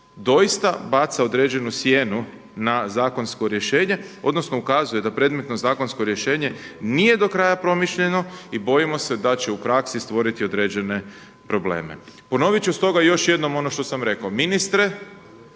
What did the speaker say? doista baca određenu sjenu na zakonsko rješenje odnosno ukazuje da predmetno zakonsko rješenje nije do kraja promišljeno i bojimo se da će u praksi stvoriti određene probleme. Ponovit ću stoga još jednom ono što sam rekao. Ministre,